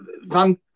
Van